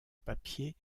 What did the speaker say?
papier